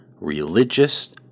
religious